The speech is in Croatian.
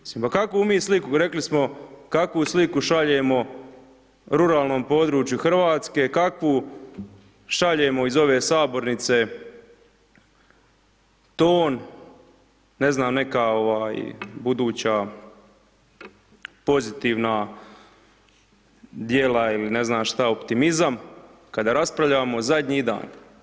Mislim pa kakvu mi sliku, rekli smo kakvu sliku šaljemo ruralnom području RH, kakvu šaljemo iz ove Sabornice ton, ne znam, neka, buduća, pozitivna djela ili ne znam šta, optimizam, kada raspravljamo zadnji dan.